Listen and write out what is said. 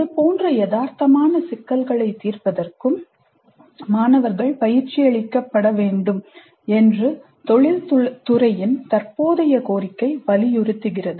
இதுபோன்ற யதார்த்தமான சிக்கல்களைத் தீர்ப்பதற்கும் மாணவர்கள் பயிற்சியளிக்கப்பட வேண்டும் என்று தொழில்துறையின் தற்போதைய கோரிக்கை வலியுறுத்துகிறது